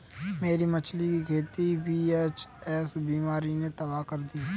मेरी मछली की खेती वी.एच.एस बीमारी ने तबाह कर दी